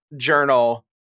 journal